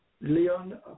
Leon